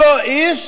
אותו איש,